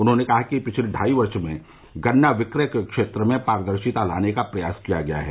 उन्होंने कहा कि पिछले ढाई वर्ष में गन्ना विक्रय के क्षेत्र में पारदर्शिता लाने का प्रयास किया गया है